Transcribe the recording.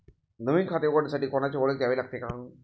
नवीन खाते उघडण्यासाठी कोणाची ओळख द्यावी लागेल का?